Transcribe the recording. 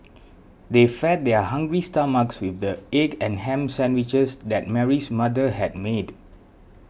they fed their hungry stomachs with the egg and ham sandwiches that Mary's mother had made